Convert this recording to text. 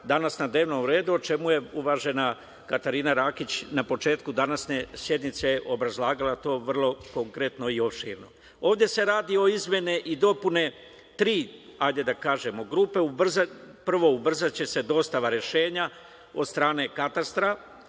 danas na dnevnom redu, o čemu je uvažena Katarina Rakića na početku današnje sednice obrazlagala to vrlo konkretno i opširno. Ovde se radi o tri izmene i dopune, ajde da kažemo tri grupe. Prvo, ubrzaće se dostava rešenja od strane katastra,